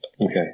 okay